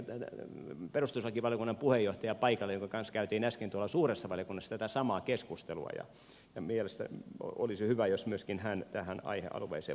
tänne tuli perustuslakivaliokunnan puheenjohtaja paikalle jonka kanssa käytiin äsken tuolla suuressa valiokunnassa tätä samaa keskustelua ja mielestäni olisi hyvä jos myöskin hän tähän aihealueeseen voisi kommentoida